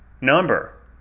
number